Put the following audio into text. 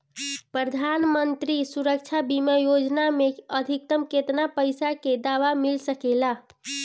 प्रधानमंत्री सुरक्षा बीमा योजना मे अधिक्तम केतना पइसा के दवा मिल सके ला?